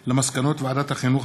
על מסקנות ועדת החינוך,